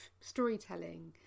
storytelling